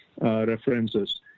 references